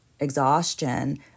exhaustion